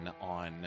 on